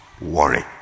worry